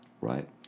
right